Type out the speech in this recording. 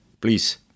please